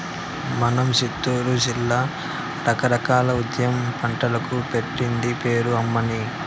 మన సిత్తూరు జిల్లా రకరకాల ఉద్యాన పంటలకు పెట్టింది పేరు అమ్మన్నీ